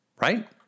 right